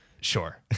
Sure